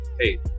Hey